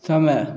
समय